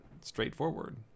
straightforward